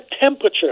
temperature